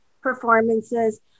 performances